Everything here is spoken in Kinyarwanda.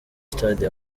stade